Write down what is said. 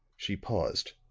she paused.